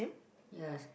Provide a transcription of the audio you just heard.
yes